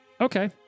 Okay